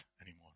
anymore